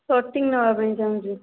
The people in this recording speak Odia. ନେବା ପାଇଁ ଚାହୁଁଛୁ